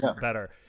better